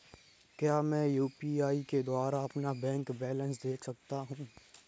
क्या मैं यू.पी.आई के द्वारा अपना बैंक बैलेंस देख सकता हूँ?